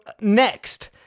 next